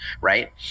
Right